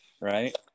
right